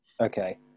Okay